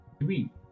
three